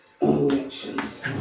elections